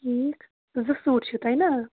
ٹھیٖک زٕ سوٗٹ چھُو تۄہہِ نا